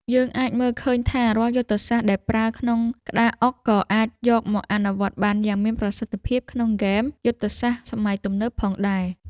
យើងអាចមើលឃើញថារាល់យុទ្ធសាស្ត្រដែលប្រើក្នុងក្តារអុកក៏អាចយកមកអនុវត្តបានយ៉ាងមានប្រសិទ្ធភាពក្នុងហ្គេមយុទ្ធសាស្ត្រសម័យទំនើបផងដែរ។